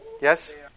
Yes